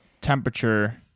temperature